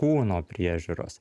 kūno priežiūros